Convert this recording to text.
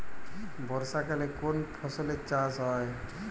বর্ষাকালে কোন ফসলের চাষ হয়?